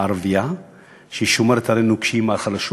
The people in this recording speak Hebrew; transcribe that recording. הערבייה ששומרת עלינו כשאימא הלכה לשוק,